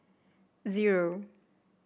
zero